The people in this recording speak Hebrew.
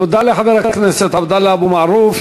תודה לחבר הכנסת עבדאללה אבו מערוף.